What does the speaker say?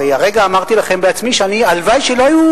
הרי הרגע אמרתי לכם בעצמי שהלוואי שלא היו